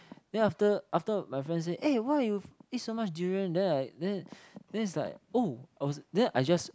then after after my friend say eh why you eat so much durian then I then then is like oh I was then I just